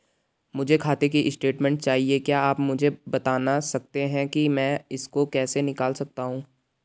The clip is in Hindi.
मुझे खाते की स्टेटमेंट चाहिए क्या आप मुझे बताना सकते हैं कि मैं इसको कैसे निकाल सकता हूँ?